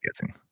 guessing